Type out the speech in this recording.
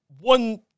One